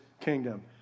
kingdom